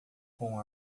com